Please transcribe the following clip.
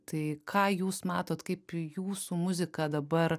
tai ką jūs matot kaip į jūsų muziką dabar